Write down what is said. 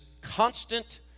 constant